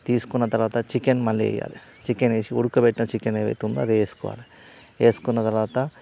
తీసుకున్న తరువాత చికెన్ మళ్ళీ వేయాలి చికెన్ వేసి ఉడకబెట్టిన చికెన్ ఏదైతే ఉందో అదే వేసుకోవాలి వేసుకున్న తరువాత